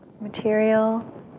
Material